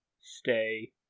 Stay